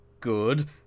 Good